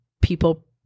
people